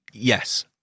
Yes